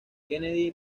kennedy